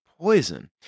poison